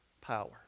power